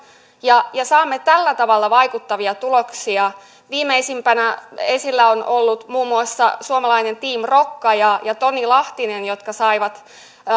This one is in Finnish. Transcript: ja ja saamme tällä tavalla vaikuttavia tuloksia viimeisimpänä esillä ovat olleet muun muassa suomalainen team rokka ja ja toni lahtinen